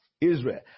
Israel